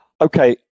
Okay